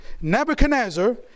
Nebuchadnezzar